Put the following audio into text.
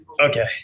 okay